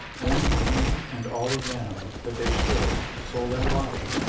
warning him and all of them that they should, soul and body,